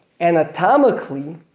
anatomically